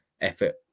effort